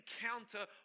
encounter